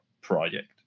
project